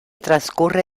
transcurre